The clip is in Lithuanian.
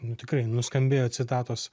nu tikrai nuskambėjo citatos